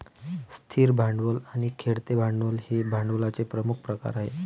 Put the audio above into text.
स्थिर भांडवल आणि खेळते भांडवल हे भांडवलाचे प्रमुख प्रकार आहेत